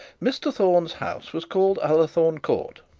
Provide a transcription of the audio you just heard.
mr thorne's house was called ullathorne court,